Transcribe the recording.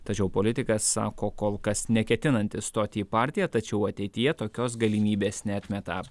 tačiau politikas sako kol kas neketinantis stoti į partiją tačiau ateityje tokios galimybės neatmeta